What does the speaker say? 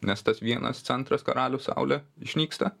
nes tas vienas centras karalius saulė išnyksta